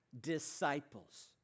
Disciples